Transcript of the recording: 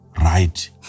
right